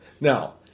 Now